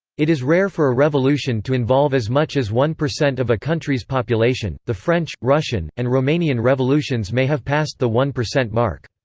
it is rare for a revolution to involve as much as one percent of a country's population the french, russian, and romanian revolutions may have passed the one percent mark.